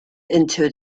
into